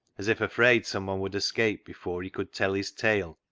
as if afraid someone would escape before he could tell his tale,